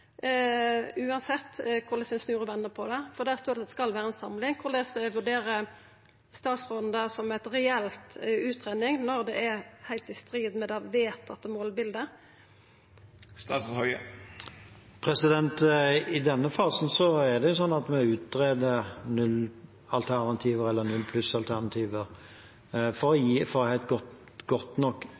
uansett korleis ein snur og vender på det, for der står det at det skal vera ei samling. Korleis vurderer statsråden det som ei reell utgreiing, når det er heilt i strid med det målbildet som er vedtatt? I denne fasen er det sånn at vi utreder nullalternativer eller null-pluss-alternativer for å gi et godt nok